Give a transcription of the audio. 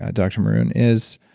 ah dr. maroon, is